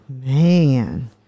man